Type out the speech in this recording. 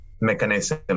mechanism